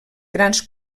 grans